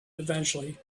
eventually